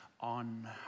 on